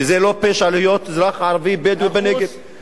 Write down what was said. וזה לא פשע להיות אזרח ערבי בדואי בנגב, מאה אחוז.